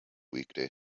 weekday